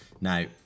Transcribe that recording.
now